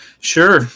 Sure